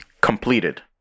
Completed